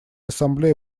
ассамблея